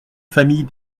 famille